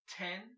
ten